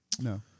No